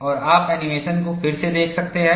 और आप एनीमेशन को फिर से देख सकते हैं